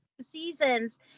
seasons